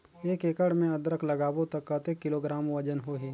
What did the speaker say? एक एकड़ मे अदरक लगाबो त कतेक किलोग्राम वजन होही?